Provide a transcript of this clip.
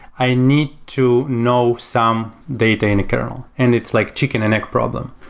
i need to know some data in a kernel and it's like chicken and egg problem.